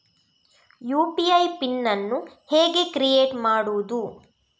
UPI PIN ಅನ್ನು ಹೇಗೆ create ಮಾಡುದು?